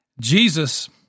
Jesus